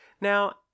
Now